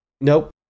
Nope